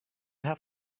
have